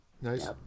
Nice